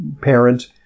parent